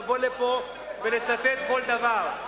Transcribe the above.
לבוא לפה ולצטט כל דבר.